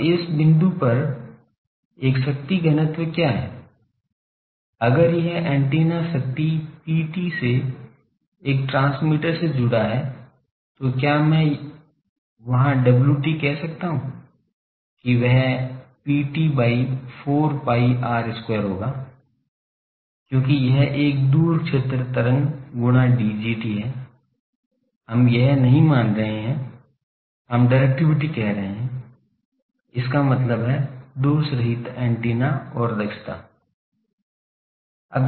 अब इस बिंदु पर एक शक्ति घनत्व क्या है अगर यह एंटीना शक्ति Pt से एक ट्रांसमीटर से जुड़ा है तो क्या मैं यहां Wt कह सकता हूं कि वह Pt by 4 pi R square होगा क्योंकि यह एक दूर क्षेत्र तरंग गुणा Dgt हैं हम यह नहीं मान रहे हैं हम डिरेक्टिविटी कह रहे हैं इसका मतलब है दोषरहित एंटीना और दक्षता